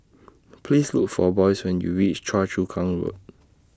Please Look For Boyce when YOU REACH Choa Chu Kang Road